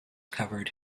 covered